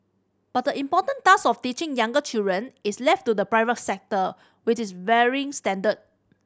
but the important task of teaching younger children is left to the private sector with its varying standard